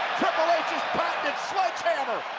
triple h's patented sledgehammer.